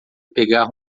pegar